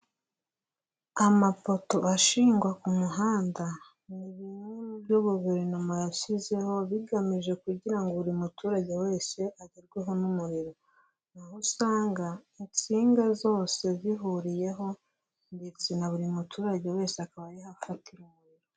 Amapoto ashingwa ku muhanda ni bimwe mu byo guverinoma yashyizeho, bigamije kugira ngo buri muturage wese agerweho n'umuriro, aho usanga insinga zose zihuriyeho ndetse na buri muturage wese akaba yafatiraho.